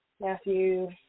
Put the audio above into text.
Matthew